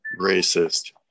racist